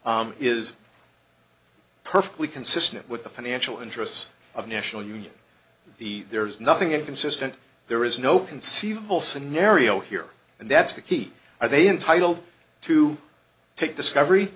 is perfectly consistent with the financial interests of national union the there is nothing inconsistent there is no conceivable scenario here and that's the key are they entitled to take discovery